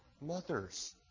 mothers